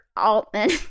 Altman